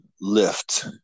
lift